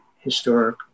historic